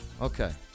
Okay